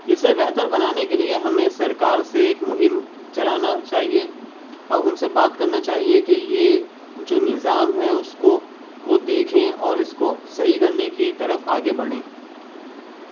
اسے بہتر بنانے کے لیے ہمیں سرکار سے ایک مہم چلانا چاہیے اور ان سے بات کرنا چاہیے کہ یہ جو نظام ہے اس کو وہ دیکھیں اور اس کو صحیح کرنے کی طرف آگے بڑھیں